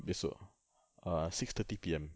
besok err six thirty P_M